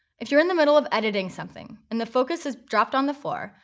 if you're in the middle of editing something, and the focus is dropped on the floor,